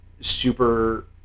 Super